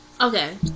okay